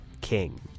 King